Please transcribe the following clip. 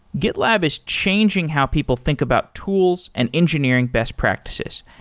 gitlab is changing how people think about tools and engineering best practices,